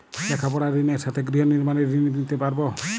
লেখাপড়ার ঋণের সাথে গৃহ নির্মাণের ঋণ নিতে পারব?